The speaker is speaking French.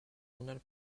journal